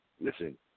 Listen